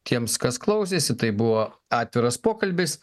tiems kas klausėsi tai buvo atviras pokalbis